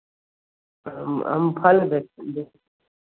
हम हम फल बेच बेच